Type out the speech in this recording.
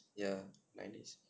ya nine days